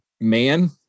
man